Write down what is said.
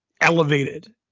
elevated